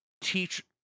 Teach